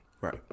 right